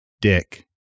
Dick